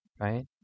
right